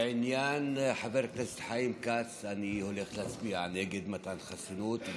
בעניין חבר הכנסת חיים כץ אני הולך להצביע נגד מתן חסינות.